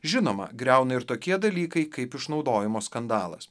žinoma griauna ir tokie dalykai kaip išnaudojimo skandalas